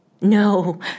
no